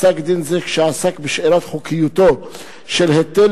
פסק-דין זה עסק בשאלת חוקיותו של היטל